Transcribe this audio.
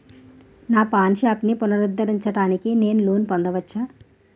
నా పాన్ షాప్ని పునరుద్ధరించడానికి నేను లోన్ పొందవచ్చా?